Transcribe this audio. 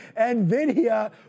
nvidia